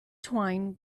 twine